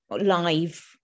live